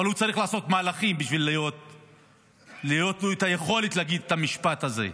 אבל הוא צריך לעשות מהלכים בשביל שתהיה לו היכולת להגיד את המשפט הזה.